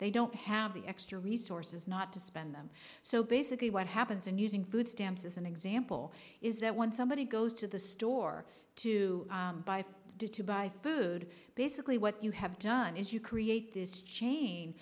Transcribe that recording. they don't have the extra resources not to spend them so basically what happens in using food stamps as an example is that when somebody goes to the store to buy it do to buy food basically what you have done is you create this chain